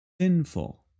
sinful